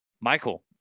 Michael